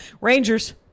Rangers